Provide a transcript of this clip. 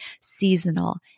seasonal